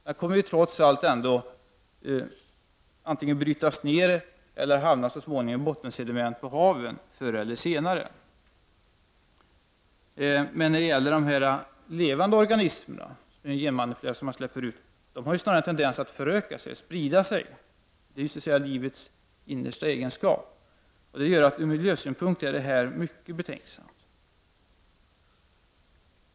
Den bryts trots allt antingen ner eller hamnar så småningom i bottensediment i havet förr eller senare. De levande genmanipulerade organismer som man släpper ut har snarare en tendens att föröka sig, sprida sig. Det är ju så att säga livets innersta egenskap. Ur miljösynpunkt bör man således i detta avseende vara mycket betänksam.